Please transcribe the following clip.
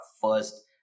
first